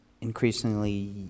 increasingly